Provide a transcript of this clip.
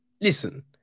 listen